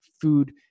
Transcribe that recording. food